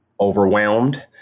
overwhelmed